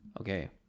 Okay